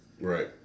right